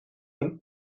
zijn